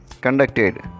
Conducted